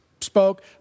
spoke